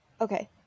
okay